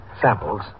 samples